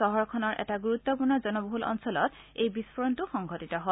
চহৰখনৰ এটা গুৰুত্বপূৰ্ণ জনবহুল অঞ্চলত এই বিস্ফোৰণটো সংঘটিত হয়